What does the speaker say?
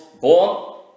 born